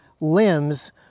limbs